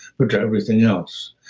but to everything else.